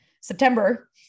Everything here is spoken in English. September